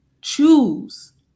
choose